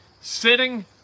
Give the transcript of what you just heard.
sitting